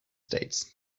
states